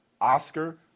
Oscar